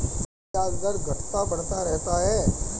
क्या ब्याज दर घटता बढ़ता रहता है?